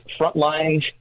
Frontlines